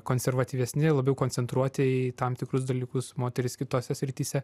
konservatyvesni labiau koncentruoti į tam tikrus dalykus moterys kitose srityse